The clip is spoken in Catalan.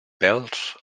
pèls